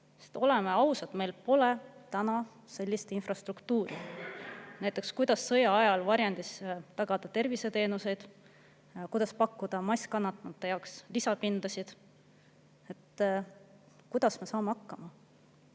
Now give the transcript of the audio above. Oleme ausad, meil pole täna sellist infrastruktuuri. Näiteks, kuidas tagatakse sõja ajal varjendis tervishoiuteenuseid, kuidas pakutakse masskannatanute jaoks lisapindasid? Kuidas me saame hakkama?